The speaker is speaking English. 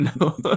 No